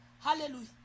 Hallelujah